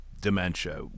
dementia